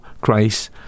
Christ